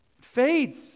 fades